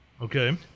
Okay